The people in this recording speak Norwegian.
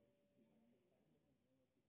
vi har i